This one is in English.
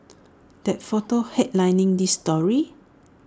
that photo headlining this story